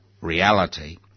reality